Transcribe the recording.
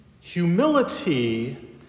Humility